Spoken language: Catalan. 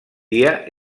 dia